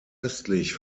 östlich